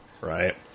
Right